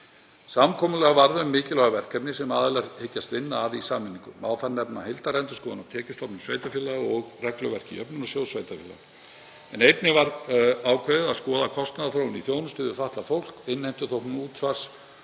Samkomulag varð um mikilvæg verkefni sem aðilar hyggjast vinna að í sameiningu. Má þar nefna heildarendurskoðun á tekjustofnum sveitarfélaga og regluverki Jöfnunarsjóðs sveitarfélaga en einnig var ákveðið að skoða kostnaðarþróun í þjónustu við fatlað fólk, innheimtuþóknun útsvars